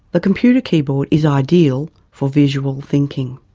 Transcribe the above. the computer keyboard is ideal for visual thinking.